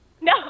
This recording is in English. No